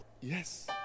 yes